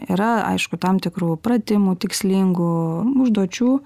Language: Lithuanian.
yra aišku tam tikrų pratimų tikslingų užduočių